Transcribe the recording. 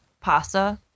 pasta